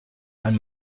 ein